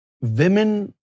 women